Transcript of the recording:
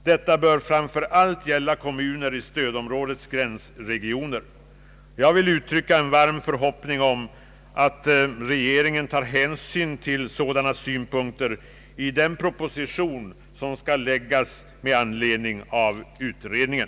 Detta bör framför allt gälla kommuner i stödområdets gränsregioner. Jag vill uttrycka en varm förhoppning om att regeringen tar hänsyn till sådana synpunkter i den proposition som skall läggas fram med anledning av utredningen.